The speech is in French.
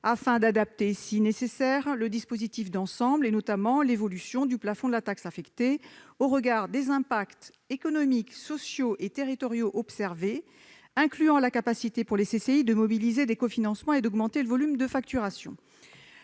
afin d'adapter, si nécessaire, le dispositif d'ensemble, et notamment l'évolution du plafond de la taxe affectée, au regard des impacts économiques, sociaux et territoriaux observés, incluant la capacité pour les CCI de mobiliser des co-financements et d'augmenter le volume de facturation.